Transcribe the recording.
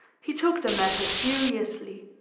he took the matter seriously.